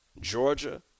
Georgia